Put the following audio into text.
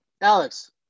Alex